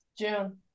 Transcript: June